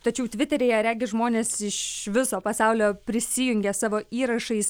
tačiau tviteryje regis žmonės iš viso pasaulio prisijungia savo įrašais